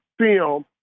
film